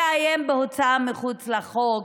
לאיים בהוצאה מחוץ לחוק,